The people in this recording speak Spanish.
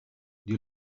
dio